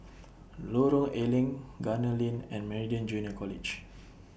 Lorong A Leng Gunner Lane and Meridian Junior College